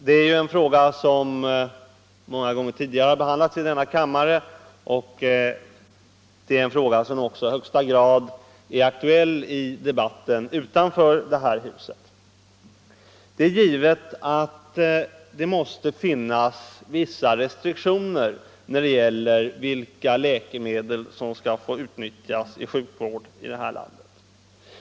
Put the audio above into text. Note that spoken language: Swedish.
Det är ju en fråga som många gånger tidigare har behandlats i denna kammare och som också i högsta grad är aktuell i debatten utanför det här huset. Det är givet att det måste finnas vissa restriktioner när det gäller vilka läkemedel som skall få utnyttjas i sjukvård i vårt land.